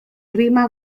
rima